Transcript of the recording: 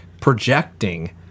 projecting